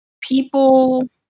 people